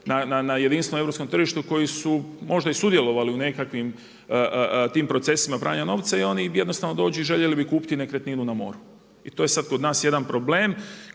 na jedinstvenom europskom tržištu koji su možda i sudjelovali u nekakvim tim procesima pranja novca i oni jednostavno dođu i željeli bi kupiti nekretninu na moru. I to je kod nas sada jedan problem